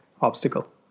obstacle